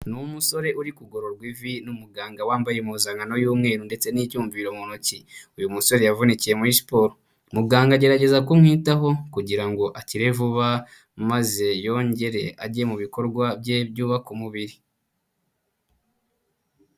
Ni umusore uri kugororwa ivi n'umuganga wambaye impuzankano y'umweru ndetse n'icyumviro mu ntoki, uyu musore yavunikiye muri siporo, muganga agerageza kumwitaho kugira ngo akire vuba maze yongere ajye mu bikorwa bye byubaka umubiri.